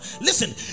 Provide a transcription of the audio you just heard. listen